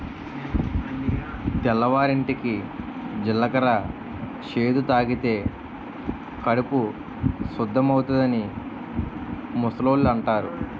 తెల్లవారింటికి జీలకర్ర చేదు తాగితే కడుపు సుద్దవుతాదని ముసలోళ్ళు అంతారు